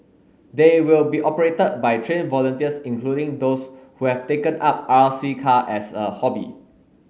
they will be operated by trained volunteers including those who have taken up R C car as a hobby